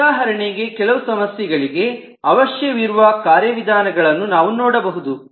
ಉದಾಹರಣೆಗೆ ಕೆಲವು ಸಮಸ್ಯೆಗಳಿಗೆ ಅವಶ್ಯವಿರುವ ಕಾರ್ಯವಿಧಾನಗಳನ್ನು ನಾವು ನೋಡಬಹುದು